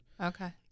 Okay